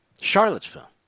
Charlottesville